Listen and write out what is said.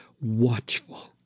watchful